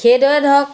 সেইদৰে ধৰক